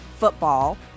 Football